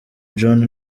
john